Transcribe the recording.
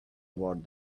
about